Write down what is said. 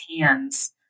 hands